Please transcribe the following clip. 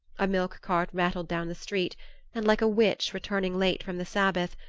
a milk-cart rattled down the street and, like a witch returning late from the sabbath,